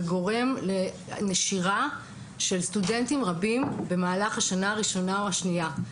וגורם לנשירה של סטודנטים רבים במהלך השנה הראשונה והשנייה.